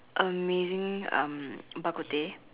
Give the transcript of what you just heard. amazing um bak-kut-teh